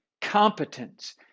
competence